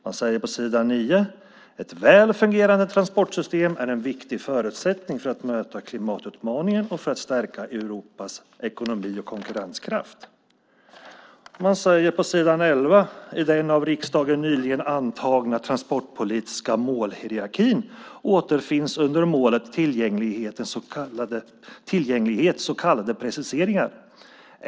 Man säger på s. 9: "Ett väl fungerande transportsystem är en viktig förutsättning för att möta klimatutmaningen och för att stärka Europas ekonomi och konkurrenskraft." Man säger på s. 11: "I den av riksdagen nyligen antagna transportpolitiska målhierarkin återfinns under målet tillgänglighet s.k. preciseringar.